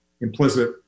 implicit